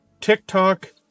TikTok